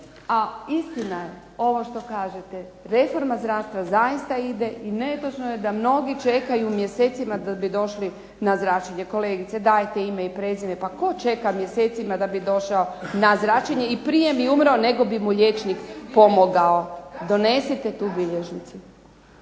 A istina je ovo što kažete, reforma zdravstva zaista ide i netočno je da mnogi čekaju mjesecima da bi došli na zračenje. Kolegice dajte ime i prezime, pa tko čeka mjesecima da bi došao na zračenje i prije bi umro nego bi mu liječnik pomogao. …/Upadica se ne